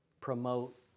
promote